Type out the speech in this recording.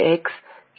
qy